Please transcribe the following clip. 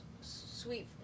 Sweet